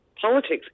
politics